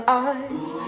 eyes